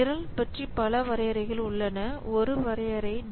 நிரல் பற்றி பல வரையறைகள் உள்ளன ஒரு வரையறை டி